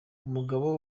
umugabo